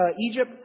Egypt